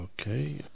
Okay